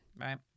Right